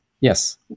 yes